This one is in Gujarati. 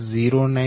25 4